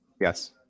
Yes